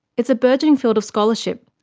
it's a burgeoning field of scholarship,